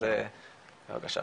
אז בבקשה.